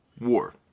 war